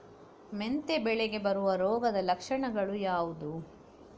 ಮೆಂತೆ ಬೆಳೆಗೆ ಬರುವ ರೋಗದ ಲಕ್ಷಣಗಳು ಯಾವುದು?